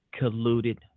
colluded